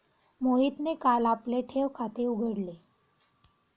मोहितने काल आपले ठेव खाते उघडले